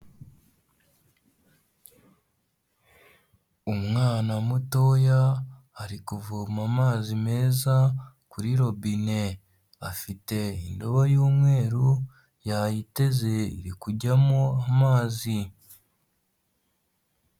Umwana mutoya ari kuvoma amazi meza kuri robine. Afite indobo y'umweru, yayiteze, iri kujyamo amazi.